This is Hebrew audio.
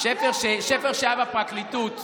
שפר שהיה בפרקליטות.